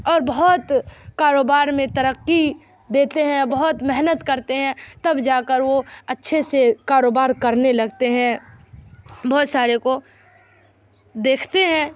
اور بہت کاروبار میں ترقی دیتے ہیں بہت محنت کرتے ہیں تب جا کر وہ اچھے سے کاروبار کرنے لگتے ہیں بہت سارے کو دیکھتے ہیں